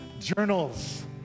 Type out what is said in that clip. journals